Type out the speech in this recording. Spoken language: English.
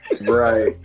Right